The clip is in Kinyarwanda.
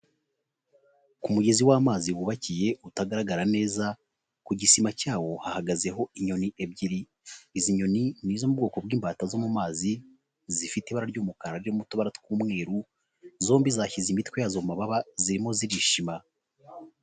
Ku mugezi w'amazi wubakiye utagaragara neza ku gisima cyawo hahagazeho inyoni ebyiri, izi nyoni ni izo mu bwoko bw'imbata zo mu mazi zifite ibara ry'umukara ririmo utubara tw'umweru, zombi zashyize imitwe yazo mu mababa zirimo zirishima.